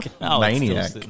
Maniac